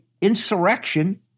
insurrection